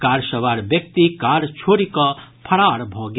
car सवार व्यक्ति car छोड़ि कऽ फरार भऽ गेल